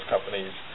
Companies